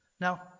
Now